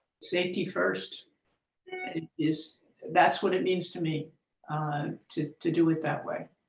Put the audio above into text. safety first is that's what it means to me to to do it that way.